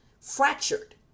fractured